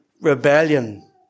rebellion